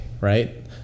Right